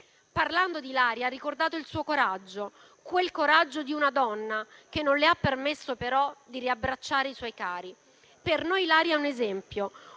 Parlando di Ilaria ha ricordato il suo coraggio. Il coraggio di una donna che non le ha permesso però di riabbracciare i suoi cari. Per noi Ilaria è un esempio.